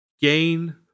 gain